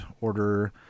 order